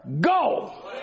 go